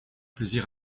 plaisir